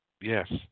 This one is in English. Yes